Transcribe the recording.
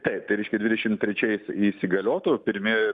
taip tai reiškia dvidešim trečiais įsigaliotų pirmi